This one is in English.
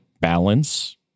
balance